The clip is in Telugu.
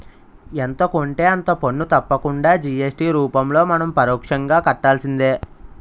ఎంత కొంటే అంత పన్ను తప్పకుండా జి.ఎస్.టి రూపంలో మనం పరోక్షంగా కట్టాల్సిందే